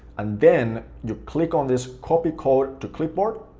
and then you click on this copy code to clipboard,